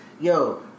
Yo